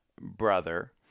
brother